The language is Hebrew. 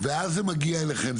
ואז זה מגיע אליכם.